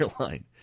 airline